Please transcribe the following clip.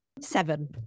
Seven